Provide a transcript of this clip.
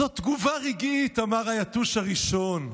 זו תגובה רגעית, אמר היתוש הראשון.